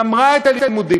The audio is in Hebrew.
גמרה את הלימודים,